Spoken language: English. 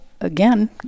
Again